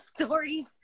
stories